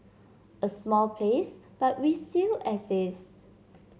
a small place but we still exist